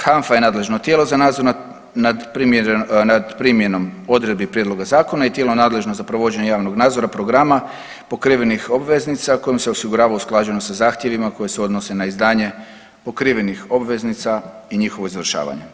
HANFA je nadležno tijelo za nadzor nad primjenom odredbi Prijedloga zakona i tijelo nadležno za provođenje javnog nadzora programa pokrivenih obveznica kojim se osigurava usklađenost sa zahtjevima koje se odnose na izdanje pokrivenih obveznica i njihovo izvršavanje.